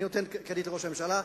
אני נותן קרדיט לראש הממשלה.